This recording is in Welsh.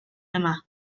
yma